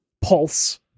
Pulse